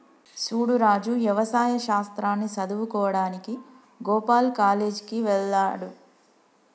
సూడు రాజు యవసాయ శాస్త్రాన్ని సదువువుకోడానికి గోపాల్ కాలేజ్ కి వెళ్త్లాడు